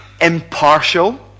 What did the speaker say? impartial